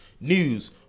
news